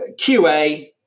QA